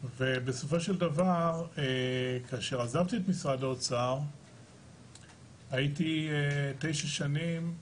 ובסופו של דבר כאשר עזבתי את משרד האוצר הייתי 9 שנים,